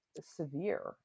severe